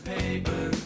paper